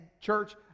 Church